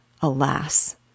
Alas